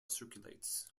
circulates